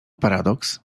paradoks